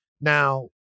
now